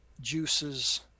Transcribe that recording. juices